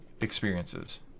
experiences